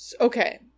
Okay